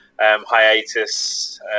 hiatus